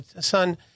son